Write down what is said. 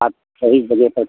आप छः ही बजे तक